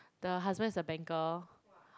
the husband's a banker